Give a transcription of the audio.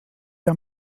der